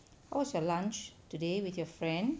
what's your lunch today with your friend